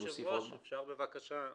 אדוני היושב-ראש, אפשר בבקשה?